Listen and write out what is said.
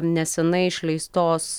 nesenai išleistos